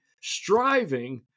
striving